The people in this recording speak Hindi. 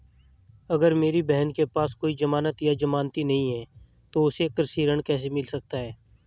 अगर मेरी बहन के पास कोई जमानत या जमानती नहीं है तो उसे कृषि ऋण कैसे मिल सकता है?